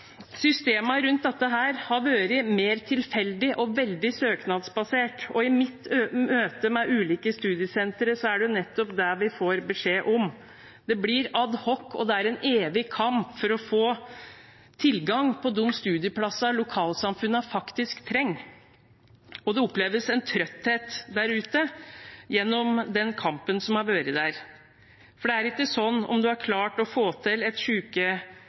har vært mer tilfeldig og veldig søknadsbasert. I møter med ulike studiesentre er det nettopp det vi får beskjed om. Det blir ad hoc, og det er en evig kamp for å få tilgang på de studieplassene lokalsamfunnene faktisk trenger. Det oppleves en tretthet der ute på grunn av den kampen som har vært der. For det er ikke sånn at om man har klart å få til et